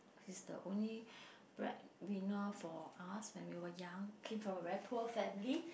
he's the only bread wiener for us when we were young came from a very poor family